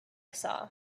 saw